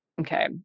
Okay